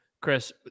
Chris